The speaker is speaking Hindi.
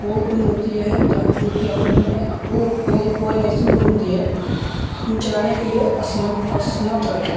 वह उम्र होती है जहाँ जोकि हमने वह एक वह एक ऐसी उम्र होती है जो चलाने के लिए असमन असमर्थ रहते हैं